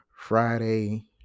friday